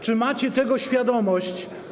Czy macie tego świadomość?